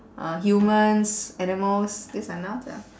uh humans animals these are nouns ah